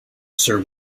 sir